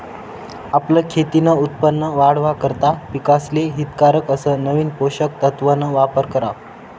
आपलं खेतीन उत्पन वाढावा करता पिकेसले हितकारक अस नवीन पोषक तत्वन वापर करा